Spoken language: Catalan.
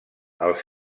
els